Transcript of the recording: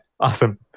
awesome